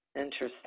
interesting